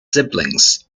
siblings